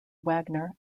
wagner